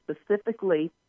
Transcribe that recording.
specifically